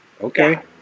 Okay